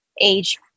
age